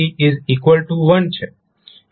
કેવી રીતે